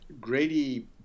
Grady